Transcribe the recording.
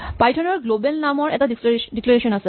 Python ৰ global নামৰ এটা ডিক্লেৰেচন আছে